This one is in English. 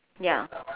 ya